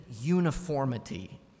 uniformity